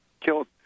killed